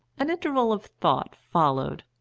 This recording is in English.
an interval of thought followed.